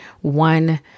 one